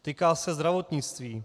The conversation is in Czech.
Týká se zdravotnictví.